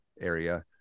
area